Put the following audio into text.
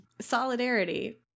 solidarity